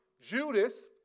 Judas